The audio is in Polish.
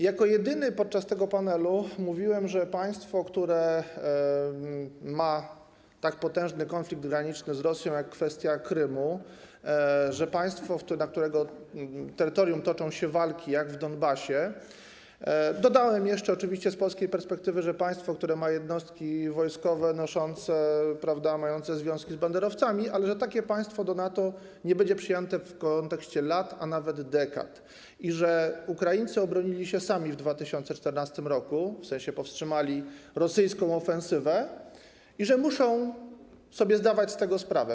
Jako jedyny podczas tego panelu mówiłem, że państwo, które ma tak potężny konflikt graniczny z Rosją, jak kwestia Krymu, że państwo, na którego terytorium toczą się walki, jak w Donbasie, dodałem jeszcze oczywiście z polskiej perspektywy, że państwo, które ma jednostki wojskowe mające związki z banderowcami, że takie państwo nie będzie przyjęte do NATO w kontekście lat, a nawet dekad i że Ukraińcy obronili się sami w 2014 r., w sensie powstrzymali rosyjską ofensywę, i że muszą sobie zdawać z tego sprawę.